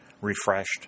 refreshed